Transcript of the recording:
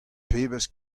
pebezh